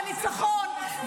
לניצחון,